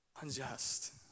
unjust